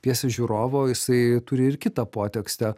pjesės žiūrovo jisai turi ir kitą potekstę